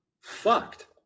fucked